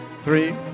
three